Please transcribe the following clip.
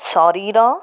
ଶରୀର